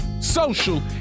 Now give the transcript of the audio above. social